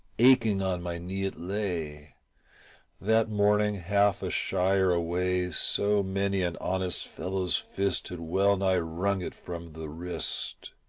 aching on my knee it lay that morning half a shire away so many an honest fellow's fist had well-nigh wrung it from the wrist.